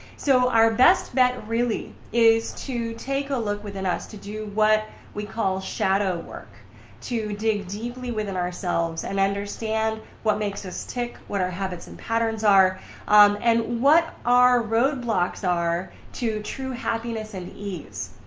so our best bet really is to take a look within us to do what we call shadow work to dig deeply within ourselves and understand what makes us tick. what our habits and patterns are um and what our roadblocks are to true happiness and ease.